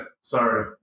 Sorry